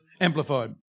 Amplified